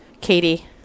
Katie